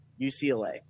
UCLA